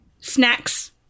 Snacks